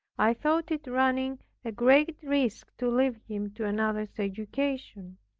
i thought it running a great risk to leave him to another's education.